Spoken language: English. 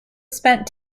spent